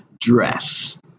dress